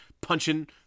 Punching